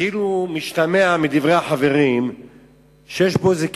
כאילו משתמע מדברי החברים שיש פה איזו קנוניה,